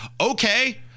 Okay